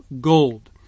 gold